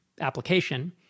application –